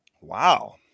Wow